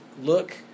look